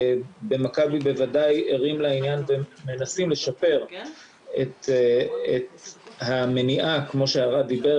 במכבי בוודאי ערים לעניין ומנסים לשפר את המניעה כמו שערד דיבר